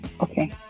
Okay